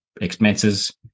expenses